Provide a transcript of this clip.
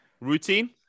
routine